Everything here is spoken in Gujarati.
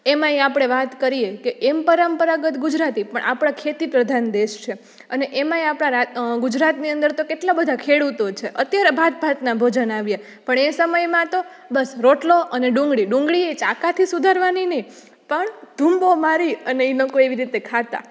એમાંય આપણે વાત કરીએ કે એમ પરંપરાગત ગુજરાતી પણ આપણે ખેતી પ્રધાન દેશ છે અને એમાંય આપણા ગુજરાતની અંદર તો કેટલા બધા ખેડૂતો છે અત્યારે ભાતભાતના ભોજન આવ્યા પણ એ સમયમાં તો બસ રોટલો અને ડુંગળી ડુંગળી એ ચાકાથી સુધારવાની નઇ પણ ધુંબો મારી અને ઈ લોકો એવી રીતે ખાતા